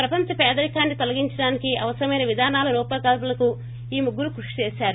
ప్రపంచ పేదరికాన్ని తొలగించడానికి అవసరమైన విధానాల రూపకల్పనకు ఈ ముగ్గురూ కృషి చేశారు